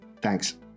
Thanks